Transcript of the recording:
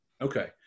okay